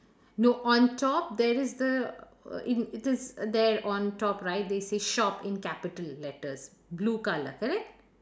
no on top there is the uh in it is there on top right they say shop in capital letters blue colour correct